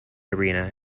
arena